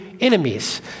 enemies